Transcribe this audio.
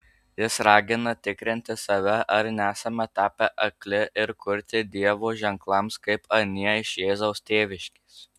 jis ragina tikrinti save ar nesame tapę akli ir kurti dievo ženklams kaip anie iš jėzaus tėviškės